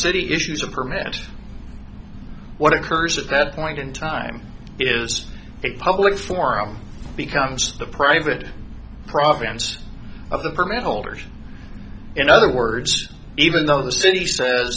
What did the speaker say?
city issues a permit what occurs at that point in time is a public forum becomes the private province of the permit holders in other words even though the city says